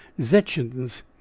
zechins